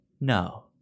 No